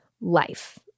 life